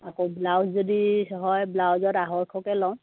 আকৌ ব্লাউজ যদি হয় ব্লাউজত আঢ়ৈশকৈ লওঁ